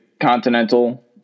continental